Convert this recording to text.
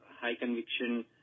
high-conviction